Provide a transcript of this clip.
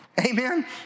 Amen